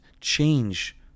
change